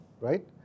Right